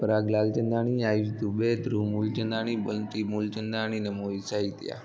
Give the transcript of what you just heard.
प्रयाग लालचंदाणी आयूष दुबे इंद्रु मूलचंदाणी कुलवंती मूलचंदाणी मोहित साहित्य